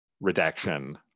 redaction